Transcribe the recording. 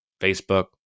Facebook